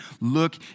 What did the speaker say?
Look